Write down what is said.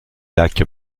lac